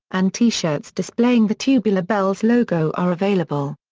and t-shirts displaying the tubular bells logo are available.